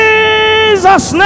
Jesus